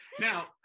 Now